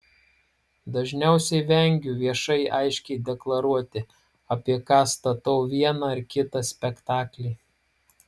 dažniausiai vengiu viešai aiškiai deklaruoti apie ką statau vieną ar kitą spektaklį